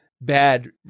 bad